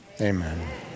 amen